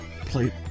play